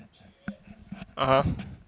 (uh huh)